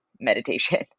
meditation